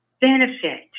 benefit